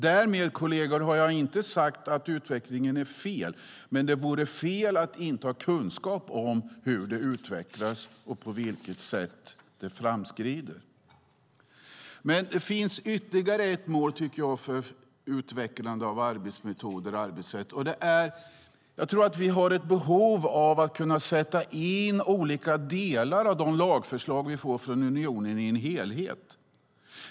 Därmed, kolleger, har jag inte sagt att utvecklingen är fel, men det vore fel att inte ha kunskap om på vilket sätt den framskrider. Det finns ytterligare ett mål för utvecklandet av arbetsmetoder, arbetssätt. Jag tror att vi har ett behov av att kunna sätta in olika delar av de lagförslag vi får från unionen i en helhet.